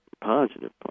positive